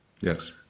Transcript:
Yes